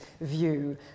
view